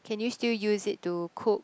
can you still use it to cook